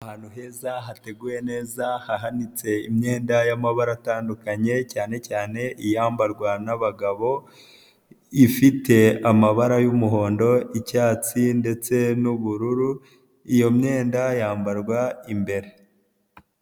Ahantu heza hateguye neza hahanitse imyenda y'amabara atandukanye cyane cyane iyambarwa n'abagabo, ifite amabara y'umuhondo, icyatsi ndetse n'ubururu iyo myenda yambarwa imbere.